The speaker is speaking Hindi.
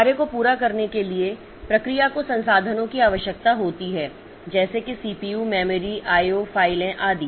कार्य को पूरा करने के लिए प्रक्रिया को संसाधनों की आवश्यकता होती है जैसे कि सीपीयू मेमोरी आईओ फाइलें आदि